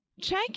check